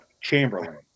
Chamberlain